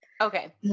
Okay